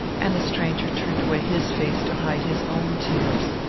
and the stranger turned away his face to hide his own tears.